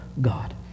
God